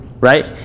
right